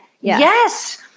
Yes